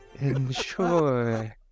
Enjoy